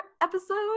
episode